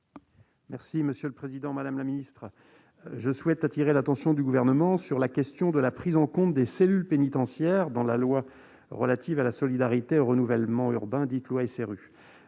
Monsieur le président, madame la secrétaire d'État, je souhaite attirer l'attention du Gouvernement sur la question de la prise en compte des cellules pénitentiaires dans la loi relative à la solidarité et au renouvellement urbains (SRU).